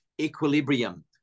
equilibrium